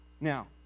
Now